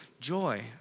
joy